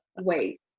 Wait